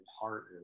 heart